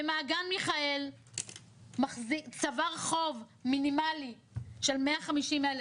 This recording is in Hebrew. ומעגן מיכאל צבר חוב מינימלי של 275,000